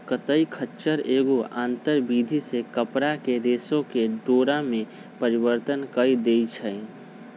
कताई खच्चर एगो आंतर विधि से कपरा के रेशा के डोरा में परिवर्तन कऽ देइ छइ